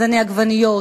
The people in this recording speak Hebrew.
זני עגבניות,